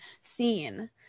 seen